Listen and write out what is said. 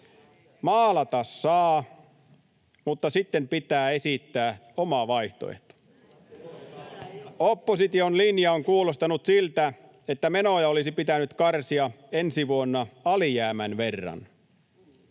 Maalata saa, mutta sitten pitää esittää oma vaihtoehto. Opposition linja on kuulostanut siltä, että menoja olisi pitänyt karsia ensi vuonna alijäämän verran.